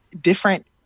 different